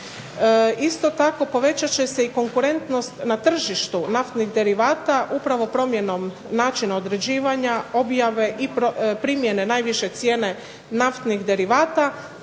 isto tako povećat će se konkurentnost na tržištu naftnih derivata upravo promjenom načina određivanja, objave i primjene najviše cijene naftnih derivata,